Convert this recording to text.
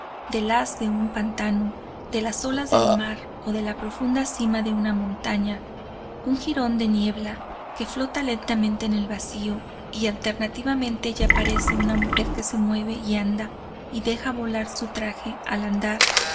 del haz de un pantano de las olas del mar o de la profunda cima de una montaña un jirón de niebla que flota lentamente en el vacío y alternativamente ya parece una mujer que se mueve y anda y deja volar su traje al andar